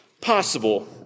possible